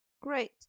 Great